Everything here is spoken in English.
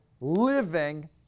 living